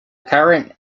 current